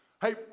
Hey